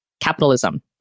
capitalism